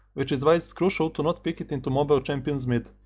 which is why its crucial to not pick it into mobile champions mid,